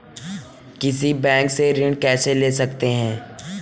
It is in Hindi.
किसी बैंक से ऋण कैसे ले सकते हैं?